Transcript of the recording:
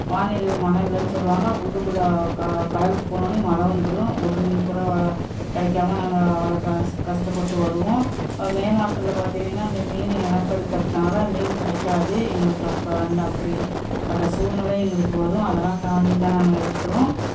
வானிலையில் மழை இல்லைன்னு சொல்லுவாங்க உள்ளுக்குள்ளே க கடலுக்கு போன்னோடனே மழை வந்துடும் ஒரு மீன் கூட வ கிடைக்காம நாங்கள் அவ்வளோ க கஷ்டப்பட்டு வருவோம் மே மாதத்துல பார்த்திங்கன்னா அந்த மீன் இனப்பெருக்கத்தினால மீன் கிடைக்காது எங்களுக்கு அப்போ அந்த அப்படிப் பட்ட சூழ்நெல எங்களுக்கு வரும் அதெல்லாம் தாண்டிதான் நாங்கள் இருக்கிறோம்